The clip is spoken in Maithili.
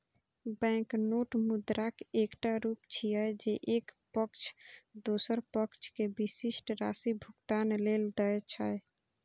बैंकनोट मुद्राक एकटा रूप छियै, जे एक पक्ष दोसर पक्ष कें विशिष्ट राशि भुगतान लेल दै छै